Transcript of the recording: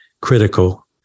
critical